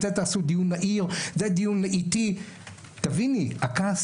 תכנסי דיון, ביקשתי ממך כבר פעמיים.